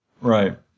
Right